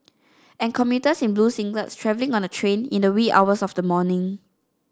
and commuters in blue singlets travelling on a train in the wee hours of the morning